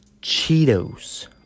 Cheetos